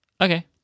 Okay